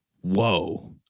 whoa